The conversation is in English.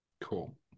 Cool